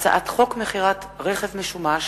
הצעת חוק מכירת רכב משומש